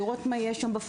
לראות מה יש שם,